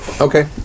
Okay